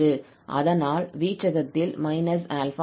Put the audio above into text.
அதனால் வீச்சகத்தில் −𝛼 இருக்கும்